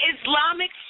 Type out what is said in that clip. Islamic